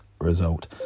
result